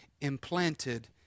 implanted